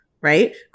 right